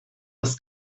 das